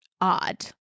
odd